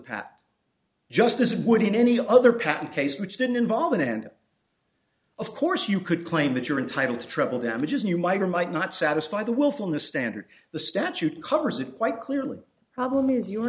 path just as it would in any other patent case which didn't involve an end of course you could claim that you're entitled to treble damages and you might or might not satisfy the willfulness standard the statute covers it quite clearly problem is your